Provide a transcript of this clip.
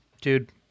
dude